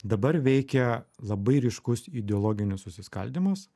dabar veikia labai ryškus ideologinis susiskaldymas